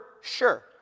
sure